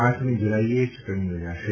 પાંચમી જૂલાઇએ ચૂંટણી યોજાશે